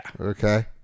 Okay